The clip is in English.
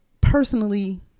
personally